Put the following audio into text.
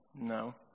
no